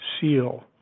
seal